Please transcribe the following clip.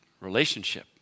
Relationship